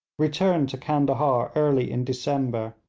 returned to candahar early in december.